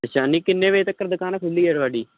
ਅੱਛਾ ਨਹੀਂ ਕਿੰਨੇ ਵਜੇ ਤੱਕਰ ਦੁਕਾਨ ਖੁੱਲ੍ਹੀ ਹੈ ਤੁਹਾਡੀ